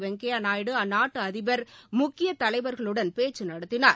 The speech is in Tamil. வெங்கப்யா நாயுடு அந்நாட்டு அதிபர் முக்கிய தலைவர்களுடன் பேச்சு நடத்தினார்